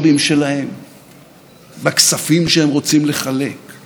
ממשלה וכנסת שפוגעות בחיים המשותפים,